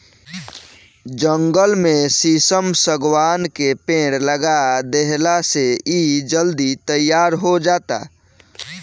जंगल में शीशम, शागवान के पेड़ लगा देहला से इ जल्दी तईयार हो जाता